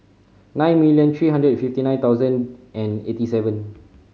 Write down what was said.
nine million three hundred and fifty nine thousand and eighty seven